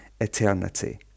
eternity